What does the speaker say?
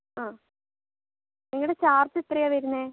ആ നിങ്ങളുടെ ചാർജ്ജ് എത്രയാ വരുന്നേ